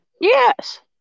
Yes